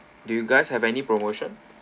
do you guys have any promotion